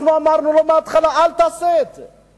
אנחנו אמרנו לו מההתחלה: אל תעשה את זה,